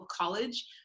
college